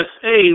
Hey